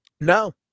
No